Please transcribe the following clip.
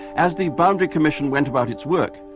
as the boundary commission went about its work,